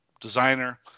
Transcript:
designer